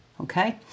Okay